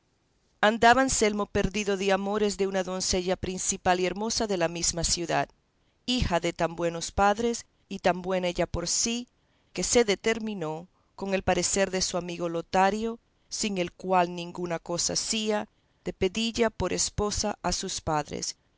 andaba anselmo perdido de amores de una doncella principal y hermosa de la misma ciudad hija de tan buenos padres y tan buena ella por sí que se determinó con el parecer de su amigo lotario sin el cual ninguna cosa hacía de pedilla por esposa a sus padres